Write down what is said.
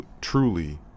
truly